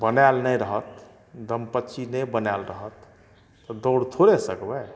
बनाएल नहि रहत दमपची नहि बनाएल रहत तऽ दौड़ थोड़े सकबै